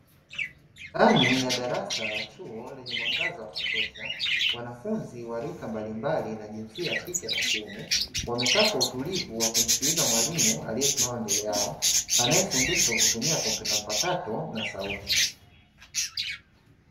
Ndani ya darasa la chuo lenye mwangaza wa kutosha wanafunzi wa rika mbalimbali na jinsia ya kike na kiume wamekaa kwa utulivu wakimsikikiza mwalimu aliyesimama mbele yao anayefundisha kwa kutumia kompyuta mpakato na sauti.